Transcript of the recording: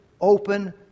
open